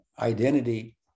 identity